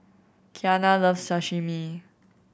Kiana loves Sashimi